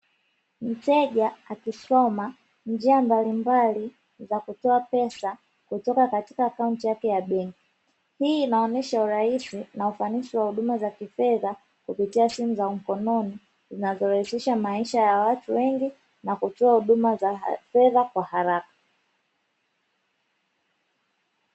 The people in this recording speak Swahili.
Mteja akisoma njia mbalimbali za kutoa pesa kutoka katika akaunti yake ya benki, hii inaonesha urahisi na ufanisi wa huduma za kifedha kupitia simu za mkononi zinazorahisisha maisha ya watu wengi na kutoa huduma za fedha kwa haraka.